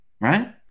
Right